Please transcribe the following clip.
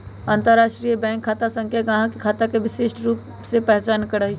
अंतरराष्ट्रीय बैंक खता संख्या गाहक के खता के विशिष्ट रूप से पहीचान करइ छै